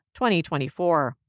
2024